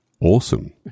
awesome